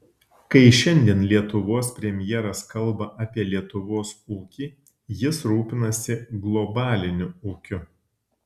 kai šiandien lietuvos premjeras kalba apie lietuvos ūkį jis rūpinasi globaliniu ūkiu